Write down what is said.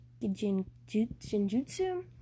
jinjutsu